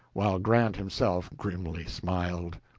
while grant himself grimly smiled.